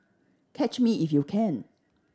catch me if you can